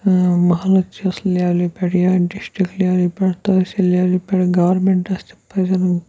محلہٕ کِس لٮ۪ولہِ پٮ۪ٹھ یا ڈِسٹِک لٮ۪ولہِ پٮ۪ٹھ تٔحصیٖل لٮ۪ولہِ پٮ۪ٹھ گورمینٛٹَس تہِ پَزن